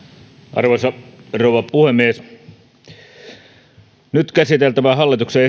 arvoisa rouva puhemies nyt käsiteltävä hallituksen